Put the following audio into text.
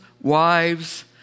wives